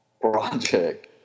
project